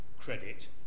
credit